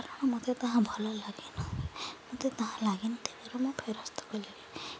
କାରଣ ମୋତେ ତାହା ଭଲ ଲାଗେନା ମୋତେ ତାହା ଲାଗିନଥିବାରୁ ମୁଁ ଫେରସ୍ତ କରିଦେଲି